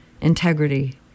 Integrity